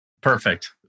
Perfect